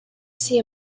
see